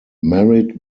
merit